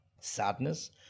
Sadness